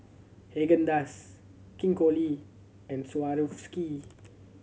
Haagen Dazs King Koil and Swarovski